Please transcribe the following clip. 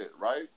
right